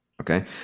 Okay